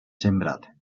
sembrat